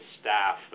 staff